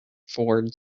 ford